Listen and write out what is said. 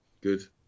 Good